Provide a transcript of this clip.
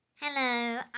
Hello